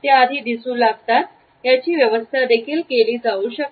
ते आधी दिसू लागताच याची व्यवस्था देखील केली जाऊ शकते